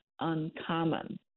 uncommon